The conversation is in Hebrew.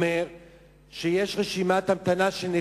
אומר שיש רשימת המתנה של 140,